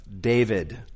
David